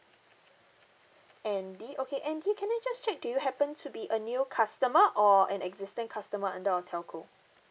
andy okay andy can I just check do you happen to be a new customer or an existing customer under our telco